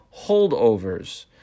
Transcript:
holdovers